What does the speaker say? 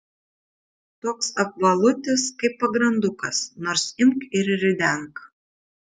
toks apvalutis kaip pagrandukas nors imk ir ridenk